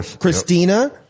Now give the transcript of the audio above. Christina